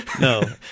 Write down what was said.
No